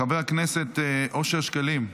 חבר הכנסת אושר שקלים,